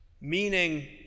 Meaning